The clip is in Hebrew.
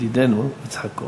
ידידנו יצחק כהן.